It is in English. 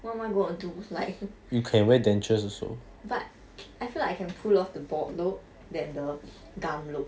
what am I going to do with like but I feel like I can pull off the bald look than the gum look